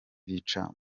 bica